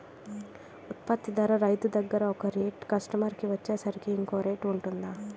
ఉత్పత్తి ధర రైతు దగ్గర ఒక రేట్ కస్టమర్ కి వచ్చేసరికి ఇంకో రేట్ వుంటుందా?